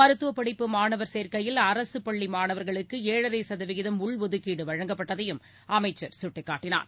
மருத்துவப் படிப்பு மாணவர் சேர்க்கையில் அரசு பள்ளி மாணவர்களுக்கு ஏழரை சதவீதம் உள்ஒதுக்கீடு வழங்கப்பட்டதையும் அமைச்சர் சுட்டிக்காட்டினார்